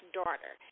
daughter